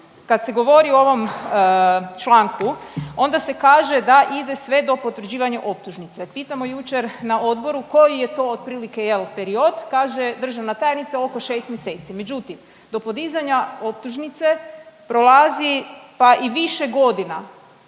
kad se govori o ovom članku onda se kaže da ide sve do potvrđivanja optužnice. Pitamo jučer na odboru koji je to otprilike jel period, kaže državna tajnica oko 6 mjeseci. Međutim do podizanja optužnice prolazi pa i više godina,